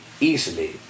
easily